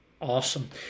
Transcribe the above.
Awesome